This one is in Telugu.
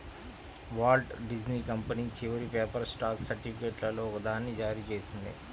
వాల్ట్ డిస్నీ కంపెనీ చివరి పేపర్ స్టాక్ సర్టిఫికేట్లలో ఒకదాన్ని జారీ చేసింది